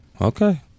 Okay